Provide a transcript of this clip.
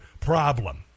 problem